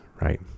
Right